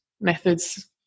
methods